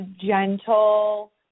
gentle